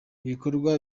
ibikorwa